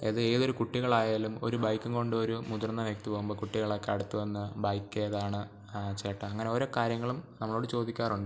അത് ഏതൊരു കുട്ടികളായാലും ഒരു ബൈക്കും കൊണ്ടൊരു മുതിർന്ന വ്യക്തി പോകുമ്പം കുട്ടികളൊക്കെ അടുത്ത് വന്ന് ബൈക്ക് ഏതാണ് ചേട്ടാ അങ്ങനെ ഓരോ കാര്യങ്ങളും നമ്മളോട് ചോദിക്കാറുണ്ട്